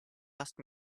asked